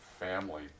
family